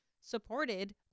supported